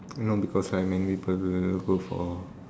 you know because right many people go for